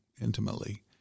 intimately